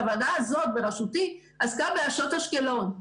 הוועדה הזאת בראשותי עסקה בעשות אשקלון.